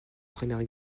première